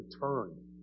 turn